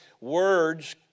Words